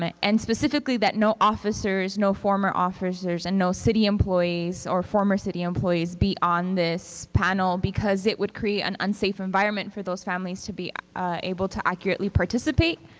and specifically that no officers, no former officers and no city employees or former city employees be on this panel because it would create an unsafe environment for those families to be able to accurately participate.